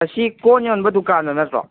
ꯑꯁꯤ ꯀꯣꯟ ꯌꯣꯟꯕ ꯗꯨꯀꯥꯟꯗꯣ ꯅꯠꯇ꯭ꯔꯣ